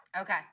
Okay